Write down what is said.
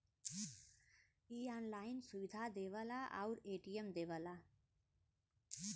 इ ऑनलाइन सुविधा देवला आउर ए.टी.एम देवला